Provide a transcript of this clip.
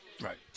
right